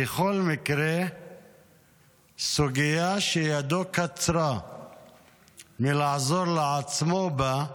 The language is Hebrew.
בכל מקרה זו סוגיה שקצרה ידו מלעזור לעצמו בה,